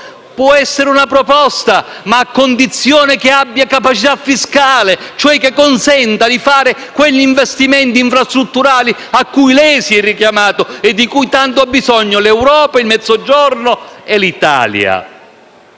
Può essere una proposta, ma a condizione che abbia capacità fiscale, cioè che consenta di fare quegli investimenti infrastrutturali a cui lei si è richiamato e di cui hanno tanto bisogno l'Europa, il Mezzogiorno e l'Italia.